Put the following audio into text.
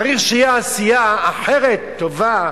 צריך שיהיה עשייה אחרת טובה,